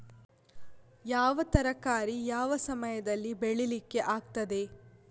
ಯಾವ ತರಕಾರಿ ಯಾವ ಸಮಯದಲ್ಲಿ ಬೆಳಿಲಿಕ್ಕೆ ಆಗ್ತದೆ?